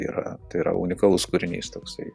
yra tai yra unikalus kūrinys toksai